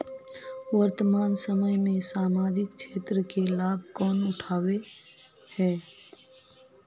वर्तमान समय में सामाजिक क्षेत्र के लाभ कौन उठावे है?